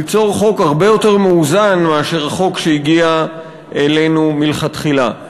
ליצור חוק הרבה יותר מאוזן מאשר החוק שהגיע אלינו לכתחילה.